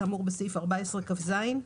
כאמור בסעיף 14 כז,